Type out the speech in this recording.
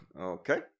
Okay